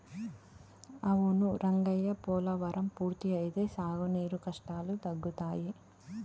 అవును రంగయ్య పోలవరం పూర్తి అయితే సాగునీరు కష్టాలు తగ్గుతాయి